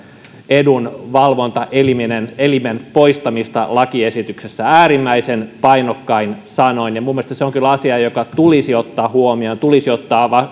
edun valvontaelimen poistamista äärimmäisen painokkain sanoin ja minun mielestäni se on kyllä asia joka tulisi ottaa huomioon tulisi ottaa